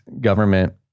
government